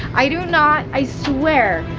i do not, i swear,